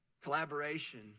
collaboration